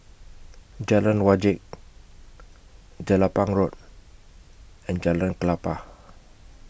Jalan Wajek Jelapang Road and Jalan Klapa